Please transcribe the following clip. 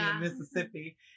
Mississippi